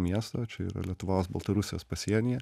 miesto čia yra lietuvos baltarusijos pasienyje